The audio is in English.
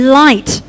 light